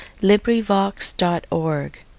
LibriVox.org